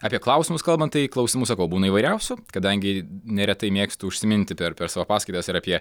apie klausimus kalbant tai klausimų sakau būna įvairiausių kadangi neretai mėgstu užsiminti per savo paskaitas ir apie